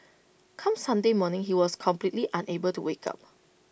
come Sunday morning he was completely unable to wake up